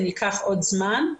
מצוין.